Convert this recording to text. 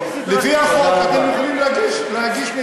בנאום שלי יש את